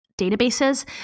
databases